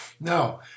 No